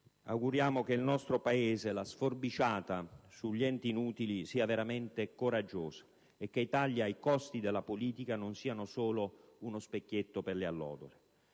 parlamentari - che la sforbiciata sugli enti inutili sia veramente coraggiosa e che i tagli ai costi della politica non siano solo uno specchietto per le allodole.